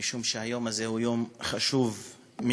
משום שהיום הזה הוא יום חשוב מאוד.